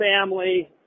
family